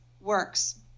works